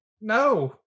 no